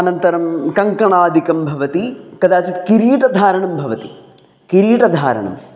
अनन्तरं कङ्कणादिकं भवति कदाचित् किरीटधारणं भवति किरीटधारणम्